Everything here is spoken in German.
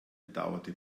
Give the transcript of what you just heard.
bedauerte